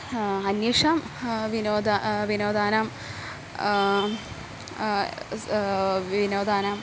अन्येषां विनोद विनोदानां विनोदानां